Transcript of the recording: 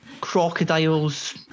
crocodiles